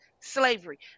slavery